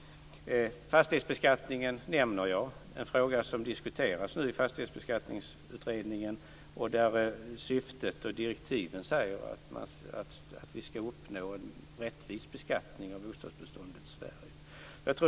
Fastighetsbeskattningen är en fråga som diskuteras i Fastighetsbeskattningsutredningen. Enligt direktiven skall man uppnå en rättvis beskattning av bostadsbeståndet i Sverige.